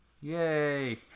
Yay